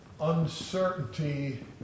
uncertainty